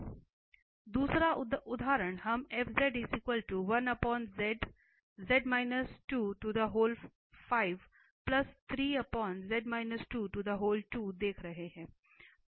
दूसरा उदाहरण हम देख रहे हैं